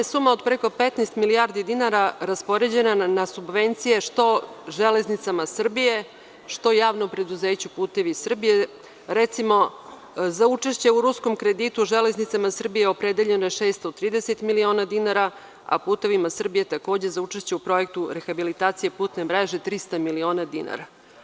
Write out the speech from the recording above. Suma od preko 15 milijardi dinara raspoređena na subvencije, što „Železnicama Srbije“, što JP „Putevi Srbije“, recimo za učešće u ruskom kreditu „Železnicama Srbije“ je opredeljeno 630 miliona dinara, a „Putevima Srbije“ takođe za učešće u projektu rehabilitacije putne mreže 300 miliona dinara.